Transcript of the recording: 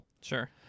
sure